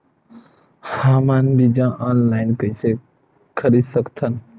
हमन बीजा ऑनलाइन कइसे खरीद सकथन?